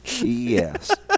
Yes